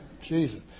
Jesus